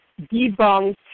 debunked